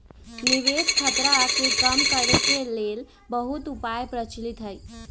निवेश खतरा के कम करेके के लेल बहुते उपाय प्रचलित हइ